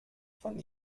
von